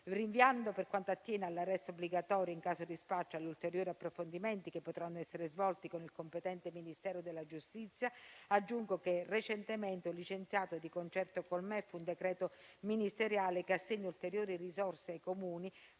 Rinviando per quanto attiene all'arresto obbligatorio in caso di spaccio agli ulteriori approfondimenti che potranno essere svolti con il competente Ministero della giustizia, aggiungo che recentemente ho licenziato, di concerto con il Ministero dell'economia e delle finanze, un decreto ministeriale che assegna ulteriori risorse ai Comuni,